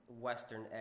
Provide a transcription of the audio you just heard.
western